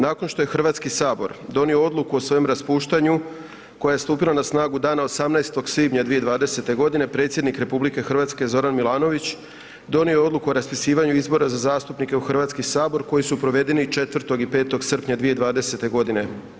Nakon što je Hrvatski sabor donio odluku o svojem raspuštanju koja je stupila na snagu dana 18. svibnja 2020. godine, predsjednik RH Zoran Milanović donio je odluku o raspisivanu izbora za zastupnike u Hrvatski sabor koji su provedeni 4. i 5. srpnja 2020. godine.